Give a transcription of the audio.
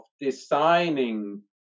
designing